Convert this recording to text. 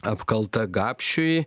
apkalta gapšiui